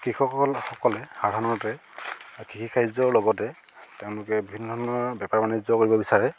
কৃষকসকল সকলে সাধাৰণতে কৃষিকাৰ্যৰ লগতে তেওঁলোকে বিভিন্ন ধৰণৰ বেপাৰ বাণিজ্য কৰিব বিচাৰে